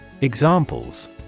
Examples